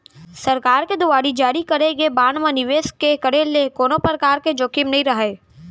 सरकार के दुवार जारी करे गे बांड म निवेस के करे ले कोनो परकार के जोखिम नइ राहय